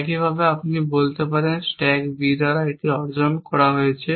একইভাবে আপনি বলতে পারেন স্ট্যাক B দ্বারা এটি অর্জন করা হয়েছে